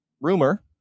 rumor